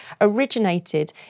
originated